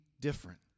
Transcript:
different